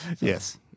Yes